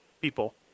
people